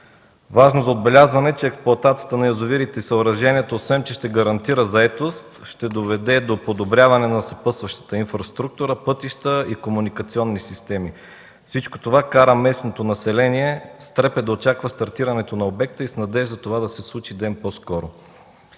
Важно за отбелязване е, че експлоатацията на язовирите и съоръженията, освен че ще гарантира заетост, ще доведе до подобряване на съпътстващата инфраструктура, пътища и комуникационни системи. Всичко това кара местното население с трепет да очаква стартирането на обекта и с надежда това да се случи ден по-скоро.